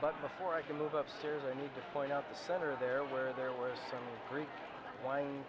but before i can move up stairs i need to point out the center there where there were free wine